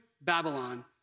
Babylon